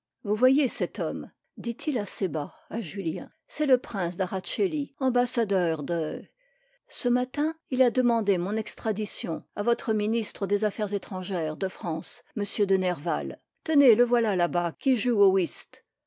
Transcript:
vous voyez cet homme dit-il assez bas à julien c'est le prince d'araceli ambassadeur de ce matin il a demandé mon extradition à votre ministre des affaires étrangères de france m de nerval tenez le voilà là-bas qui joue au whist